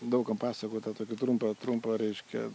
daug kam pasakota tokį trumpą trumpą reiškia